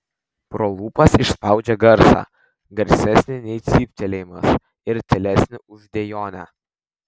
pro lūpas išspaudžia garsą garsesnį nei cyptelėjimas ir tylesnį už dejonę